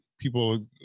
People